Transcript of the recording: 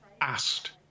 asked